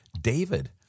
David